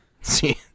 See